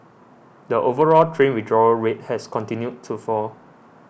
the overall train withdrawal rate has continued to fall